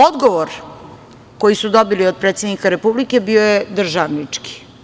Odgovor koji su dobili od predsednika Republike bio je državnički.